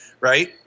Right